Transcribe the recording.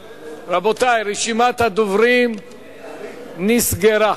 רבותי, רשימת הדוברים נסגרה.